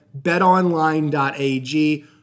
betonline.ag